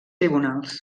tribunals